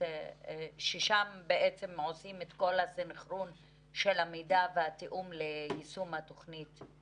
שם בעצם עושים את כל הסנכרון של המידע והתיאום ליישום התוכנית.